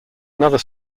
another